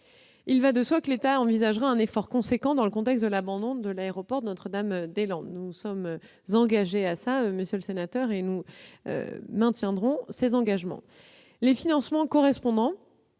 Il va de soi que l'État envisagera un effort important dans le contexte de l'abandon de l'aéroport de Notre-Dame-des-Landes. Nous nous y sommes engagés, et nous tiendrons cet engagement. Les financements correspondants,